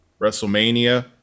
WrestleMania